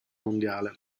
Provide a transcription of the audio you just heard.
mondiale